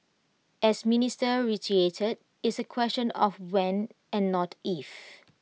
as minister reiterated it's A question of when and not if